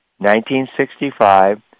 1965